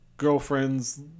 girlfriend's